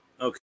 okay